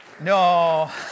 No